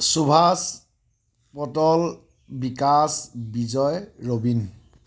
Subash Patal Bikash Bijoy Robin